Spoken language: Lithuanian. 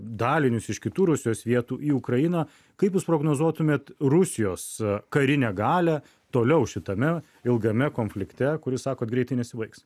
dalinius iš kitų rusijos vietų į ukrainą kaip jūs prognozuotumėt rusijos karinę galią toliau šitame ilgame konflikte kuris sakot greitai nesibaigs